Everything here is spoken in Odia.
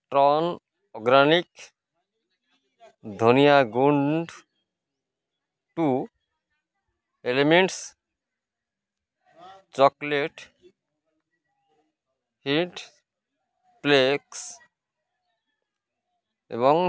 ଟର୍ନ୍ ଅର୍ଗାନିକ୍ ଧନିଆ ଗୁଣ୍ଡ true elements chocolate wheat flakes ଏବଂ